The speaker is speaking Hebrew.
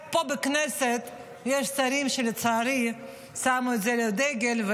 רק פה בכנסת יש שרים שלצערי שמו את זה לדגל,